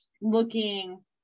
looking